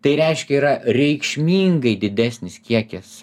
tai reiškia yra reikšmingai didesnis kiekis